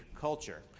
culture